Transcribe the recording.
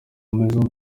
maison